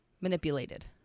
Manipulated